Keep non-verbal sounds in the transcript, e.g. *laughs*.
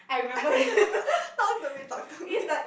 *laughs* talk to me talk to me